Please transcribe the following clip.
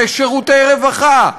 בשירותי רווחה,